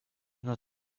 not